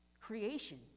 creation